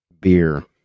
Beer